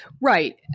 Right